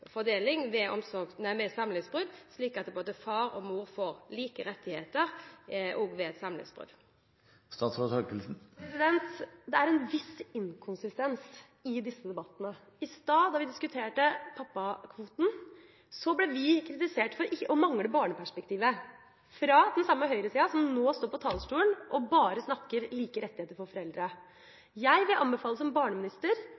slik at både far og mor får like rettigheter ved et samlivsbrudd. Det er en viss inkonsistens i disse debattene. I stad, da vi diskuterte pappakvoten, ble vi kritisert for å mangle barneperspektivet – fra den samme høyresida som nå står på talerstolen og bare snakker om like rettigheter for